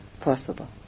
possible